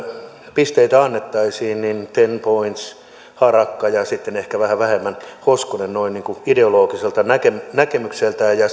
pisteitä annettaisiin niin ten points harakka ja sitten ehkä vähän vähemmän hoskonen noin niin kuin ideologiselta näkemykseltään ja